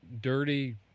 dirty